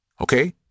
Okay